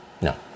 No